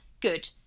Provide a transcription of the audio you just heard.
good